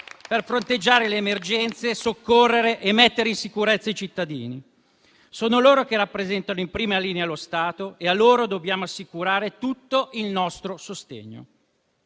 per fronteggiare le emergenze, soccorrere e mettere in sicurezza i cittadini. Sono loro che rappresentano in prima linea lo Stato e a loro dobbiamo assicurare tutto il nostro sostegno.